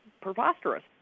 preposterous